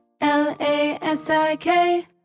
L-A-S-I-K